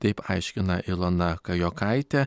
taip aiškina ilona kajokaitė